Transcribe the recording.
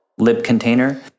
libcontainer